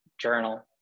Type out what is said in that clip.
Journal